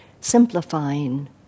Simplifying